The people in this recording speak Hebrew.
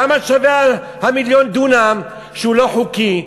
כמה שווה מיליון הדונם שהוא לא חוקי,